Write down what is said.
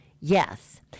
Yes